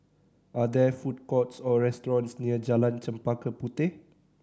are there food courts or restaurants near Jalan Chempaka Puteh